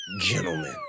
Gentlemen